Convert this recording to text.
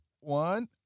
one